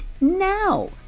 now